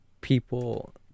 people